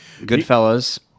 Goodfellas